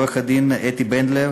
עורכת-הדין אתי בנדלר,